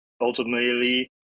ultimately